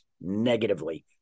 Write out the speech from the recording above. negatively